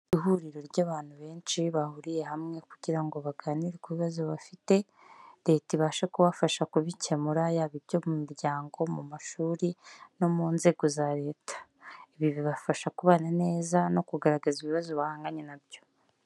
Ihuriro ry'abantu benshi bahuriye hamwe kugira ngo baganire ku bibazo bafite leta ibashe kubafasha kubikemura yaba ibyo mu miryango, mu mashuri no munzego za leta, ibi bibafasha kubana neza no kugaragaza ibibazo bahanganye nabyo.